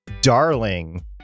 darling